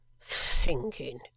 Thinking